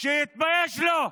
שיתבייש לו.